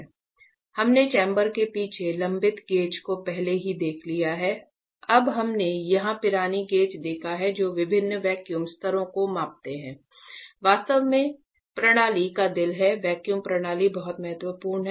हमने चैम्बर के पीछे लंबित गेज को पहले ही देख लिया है अब हमने यहां पिरानी गेज देखे हैं जो विभिन्न वैक्यूम स्तरों को मापते हैं वास्तव में प्रणाली का दिल है वैक्यूम प्रणाली बहुत महत्वपूर्ण है